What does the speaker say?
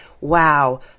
wow